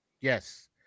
Yes